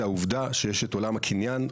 זו העובדה שיש את עולם הקניין,